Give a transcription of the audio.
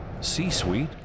C-Suite